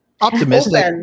Optimistic